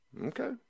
Okay